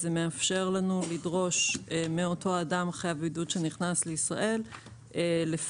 שמאפשרת לנו לדרוש מאותו אדם חייב בידוד שנכנס לישראל לפרט